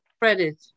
credit